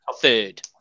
third